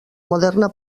moderna